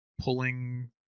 pulling